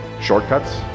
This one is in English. shortcuts